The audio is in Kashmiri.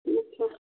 اچھا